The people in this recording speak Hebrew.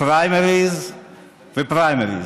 פריימריז ופריימריז.